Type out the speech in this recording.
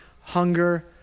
hunger